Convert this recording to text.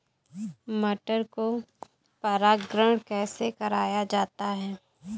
मटर को परागण कैसे कराया जाता है?